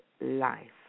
life